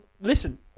listen